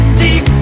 deep